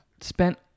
spent